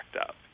up